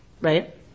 Right